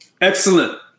Excellent